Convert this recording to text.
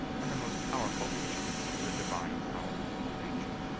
and the most powerful agents of the divine power and nature.